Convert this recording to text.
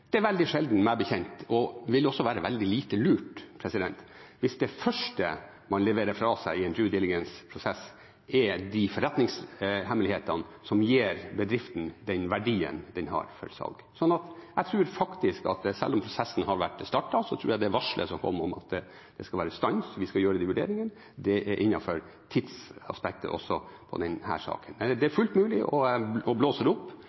Det er veldig sjelden meg bekjent og ville også være veldig lite lurt hvis det første man leverer fra seg i en «due diligence»-prosess, er de forretningshemmelighetene som gir bedriften den verdien den har for salg. Selv om prosessen har startet, er det varslet om at det skal være stans, og at vi skal gjøre disse vurderingene. Det er innenfor tidsaspektet også i denne saken. Men det er fullt mulig å blåse det opp